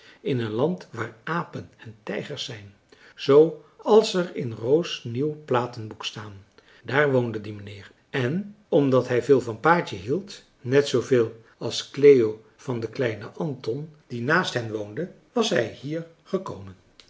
in een land waar apen en tijgers zijn zoo als er in ro's nieuw platenboek staan daar woonde die meneer en omdat hij veel van paatje hield net zooveel als cleo van den kleinen anton die naast hen woonde was hij hier gekomen